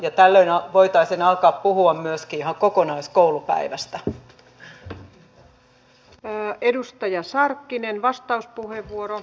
tällöin voitaisiin alkaa puhua myöskin ihan kokonaiskoulupäivästä